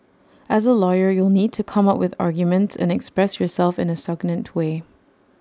as A lawyer you'll need to come up with arguments and express yourself in A succinct way